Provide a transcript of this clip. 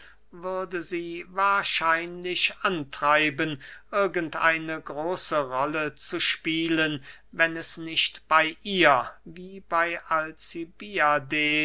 würde sie wahrscheinlich antreiben irgend eine große rolle zu spielen wenn es nicht bey ihr wie bey alcibiades